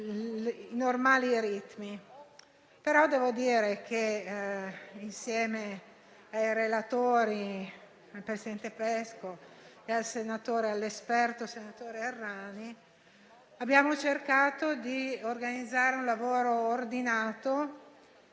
i normali ritmi. Devo dire comunque che, insieme ai colleghi relatori, il presidente Pesco e l'esperto senatore Errani, abbiamo cercato di organizzare un lavoro ordinato